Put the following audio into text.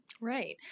Right